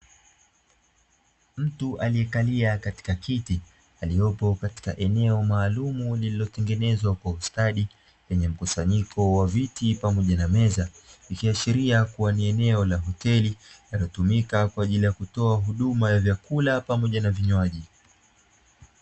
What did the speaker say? Mtu aliyekalia katika kiti aliyopo katika eneo maalumu lililotengenezwa kwa ustadi lenye mkusanyiko wa viti pamoja na meza, ikiashiria kuwa ni eneo la hoteli linalotumika kwa ajili ya kutoa huduma ya vyakula pamoja na vinywaji.